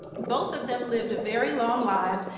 both of them lived very long lives,